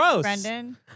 Brendan